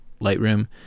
Lightroom